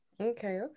Okay